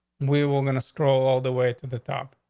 we will gonna scroll all the way to the top.